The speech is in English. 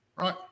right